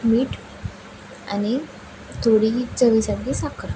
मीठ आणि थोडी चवीसाठी साखर